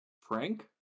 Frank